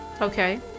Okay